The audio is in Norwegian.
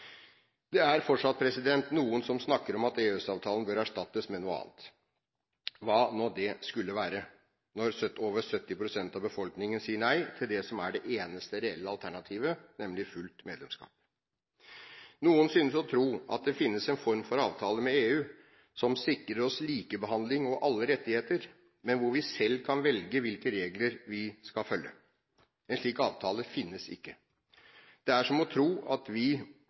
Det er fortsatt noen som snakker om at EØS-avtalen bør erstattes med noe annet – hva det nå skulle være, når over 70 pst. av befolkningen sier nei til det som er det eneste reelle alternativet, nemlig fullt medlemskap. Noen synes å tro at det finnes en form for avtale med EU som sikrer oss likebehandling og alle rettigheter, men hvor vi selv kan velge hvilke regler vi skal følge. En slik avtale finnes ikke. Det er som å tro at vi